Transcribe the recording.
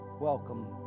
welcome